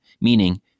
meaning